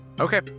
Okay